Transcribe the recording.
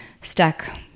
stuck